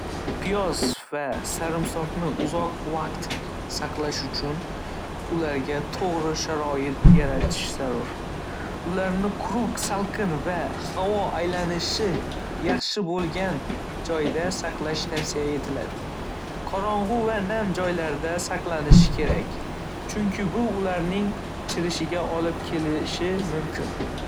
Piyoz va sarimsoqni uzoq vaqt saqlash uchun ularga to'g'ri sharoit yaratish zarur. Ularni quruq, salqin va havo aylanishi yaxshi bo'lgan joyda saqlash tavsiya etiladi. Qorong'i va nam joylardan saqlanish kerak, chunki bu ularning chirishiga olib kelishi mumkin.